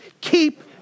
keep